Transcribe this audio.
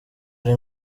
ari